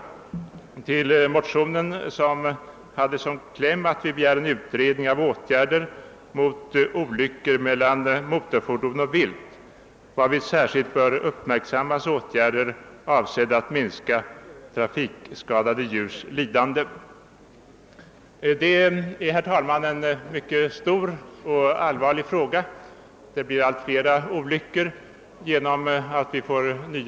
De likalydande motionerna I1:874 och II: 1080 har som kläm »att riksdagen i skrivelse till Kungl. Maj:t måtte anhålla om tillsättande av en utredning angående orsakerna till och åtgärder mot olyckor mellan motorfordon och vilt och att därvid särskilt uppmärksamma åtgärder att minska trafikskadade djurs lidanden»,. Detta är, herr talman, en mycket stor och allvarlig fråga. Det blir allt fler olyckor genom att nya motorvägar ständigt byggs.